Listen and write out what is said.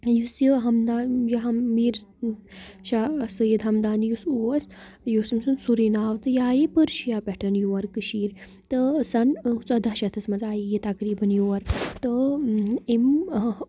یُس یہِ ہمدان یہِ ہم میٖر شاہ سید ہمدانی یُس اوس یہِ اوس تٔمۍ سُنٛد سورُے ناو تہٕ یہِ آیے پٔرشِیا پٮ۪ٹھ یور کٔشیٖرِ تہٕ سَنہٕ ژۄداہ شَتھَس منٛز آیے یہِ تقریٖباً یور تہٕ أمۍ